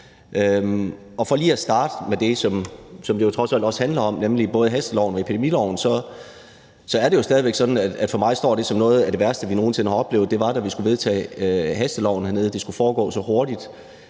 For lige at starte med det, som det trods alt også handler om, nemlig både hasteloven og epidemiloven, så er det jo stadig væk sådan, at det for mig står som noget af det værste, vi nogen sinde har oplevet, da vi skulle vedtage hasteloven og det skulle foregå så hurtigt